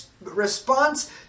response